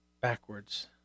backwards